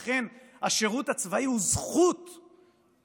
לכן, השירות הצבאי הוא זכות גדולה,